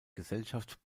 gesellschaft